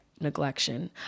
neglection